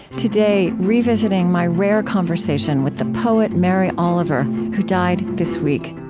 today, revisiting my rare conversation with the poet mary oliver, who died this week